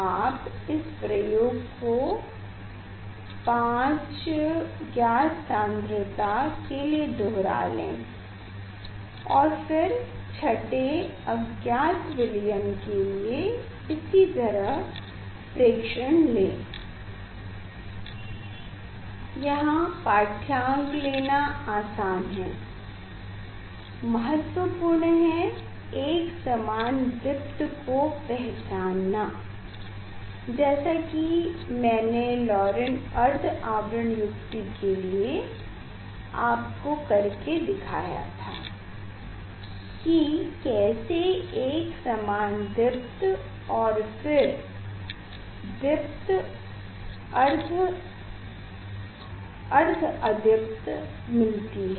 आप इस प्रयोग को 5 ज्ञात सांद्रता के लिए दोहरा लें और फिर छठे अज्ञात विलयन के लिए इसी तरह प्रेक्षण लें यहाँ पाढ्यांक लेना आसान है महत्वपूर्ण है एकसामान दीप्त को पहचानना जैसा की मैने लौरेंट अर्ध आवरण युक्ति के लिए आपको कर के दिखाया था कि कैसे एकसमान दीप्त और फिर अर्ध दीप्त -अर्ध अदीप्त मिलता है